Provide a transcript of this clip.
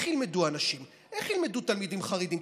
איך ילמדו האנשים, איך ילמדו תלמידים חרדים?